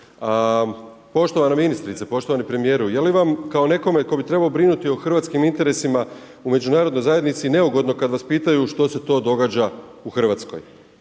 Poštovana ministrice, poštovani premijeru, je li vam kao nekome tko bi trebao brinuti o hrvatskim interesiram u međunarodnoj zajednici neugodno kada vas pitaju što se to događa u Hrvatskoj?